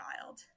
child